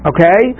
Okay